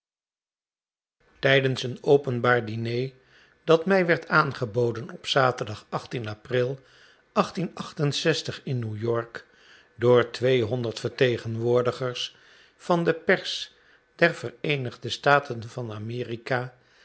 tljdens een openbaar diner dat mij werd aangeboden op zaterdag april in new york door twee honderd vertegenwoordigers van de pers der vereenigde staten van amerika